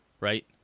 right